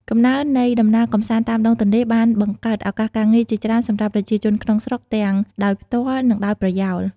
កំណើននៃដំណើរកម្សាន្តតាមដងទន្លេ បានបង្កើតឱកាសការងារជាច្រើនសម្រាប់ប្រជាជនក្នុងស្រុក ទាំងដោយផ្ទាល់ និងដោយប្រយោល។